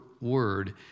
word